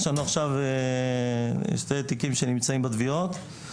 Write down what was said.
יש לנו עכשיו שני תיקים שנמצאים בתביעות.